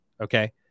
Okay